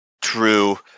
true